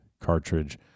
Cartridge